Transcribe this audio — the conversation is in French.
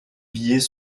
billets